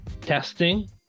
Testing